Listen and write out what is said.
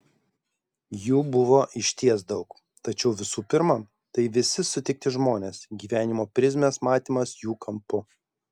jų buvo išties daug tačiau visų pirma tai visi sutikti žmonės gyvenimo prizmės matymas jų kampu